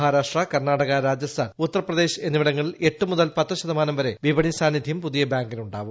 മഹാരാഷ്ട്ര കർണ്ണാടക രാജസ്ഥാൻ ഉത്തർപ്രദേശ് എന്നിവിടങ്ങളിൽ എട്ട് മുതൽ പത്ത് ശതമാനംവരെ വിപണി സാന്നിധ്യം പുതിയ ബാങ്കിന് ഉണ്ടാകും